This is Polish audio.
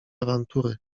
awantury